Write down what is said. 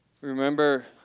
remember